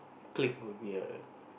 clique would be err